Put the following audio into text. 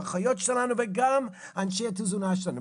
האחיות שלנו וגם אנשי התזונה שלנו.